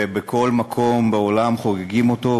ובכל מקום בעולם חוגגים את היום הזה,